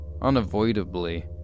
unavoidably